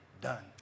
done